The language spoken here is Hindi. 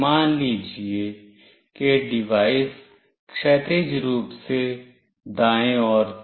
मान लीजिए कि डिवाइस क्षैतिज रूप से दाएं और था